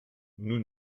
nous